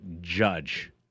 judge